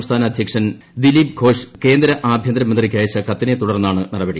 സംസ്ഥാന അധ്യക്ഷൻ ദിലീപ് ഘോഷ് കേന്ദ്ര ആഭ്യന്തരമന്ത്രിക്ക് അയച്ചു കത്തിനെ തുടർന്നാണ് നടപടി